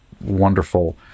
wonderful